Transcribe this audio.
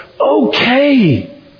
Okay